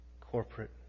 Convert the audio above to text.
Corporate